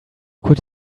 could